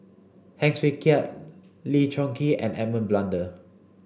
Heng Swee Keat Lee Choon Kee and Edmund Blundell